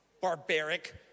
barbaric